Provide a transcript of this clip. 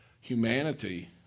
humanity